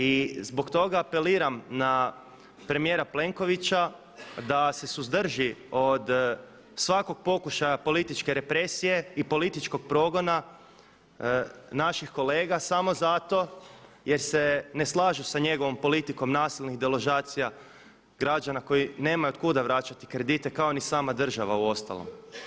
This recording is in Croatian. I zbog toga apeliram na premijera Plenkovića da se suzdrži od svakog pokušaja političke represije i političkog progona naših kolega samo zato jer se ne slažu s njegovom politikom nasilnih deložacija građana koji nemaju od kuda vraćati kredite kao ni sama država uostalom.